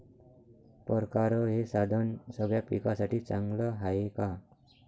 परकारं हे साधन सगळ्या पिकासाठी चांगलं हाये का?